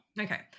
Okay